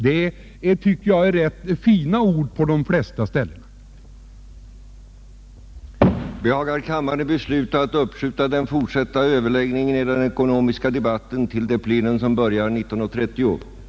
Jag tycker att det är rätt fina ord om samhället på de flesta ställen i boken.